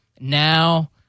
Now